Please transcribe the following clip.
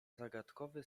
zagadkowy